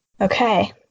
Okay